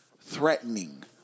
threatening